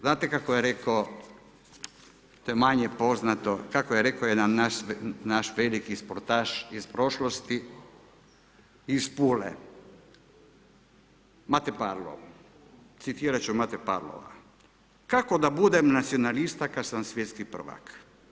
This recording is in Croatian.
Znate kako je rekao, to je manje poznato, kako je rekao naš veliki sportaš iz prošlosti iz Pule, Mate Parlov, citirat ću Mate Parlova: Kako da budem nacionalista kad sam svjetski prvak?